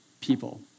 people